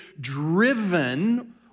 driven